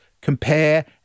compare